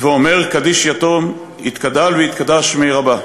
ואומר קדיש יתום: יתגדל ויתקדש שמיה רבא...